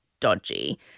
Dodgy